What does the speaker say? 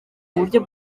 buryo